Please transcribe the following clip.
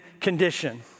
condition